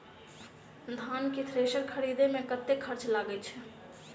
धान केँ थ्रेसर खरीदे मे कतेक खर्च लगय छैय?